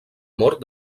mort